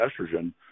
estrogen